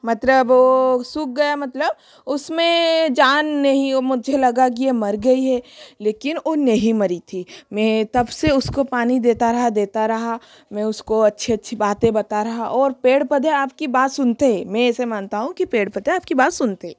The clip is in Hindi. मतरब ओ सूख गया मतलब उसमें जान नहीं ओ मुझे लगा कि ये मर गई है लेकिन ओ नहीं मरी थी मैं तबसे उसको पानी देता रहा देता रहा मैं उसको अच्छी अच्छी बाते बता रहा और पेड़ पौधे आपकी बात सुनते हे में एसे मानता हूँ कि पेड़ पौधे आपकी बात सुनते है